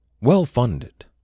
well-funded